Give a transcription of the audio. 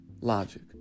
Logic